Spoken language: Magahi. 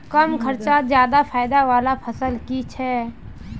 कम खर्चोत ज्यादा फायदा वाला फसल की छे?